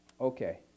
Okay